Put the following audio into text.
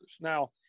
Now